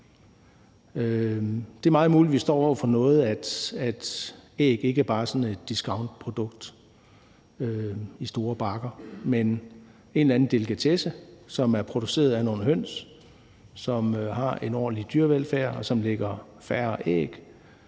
står over for, at æg ikke bare er sådan et discountprodukt i store bakker, men en delikatesse, som er produceret af nogle høns, som har en ordentlig dyrevelfærd, og som lægger færre æg.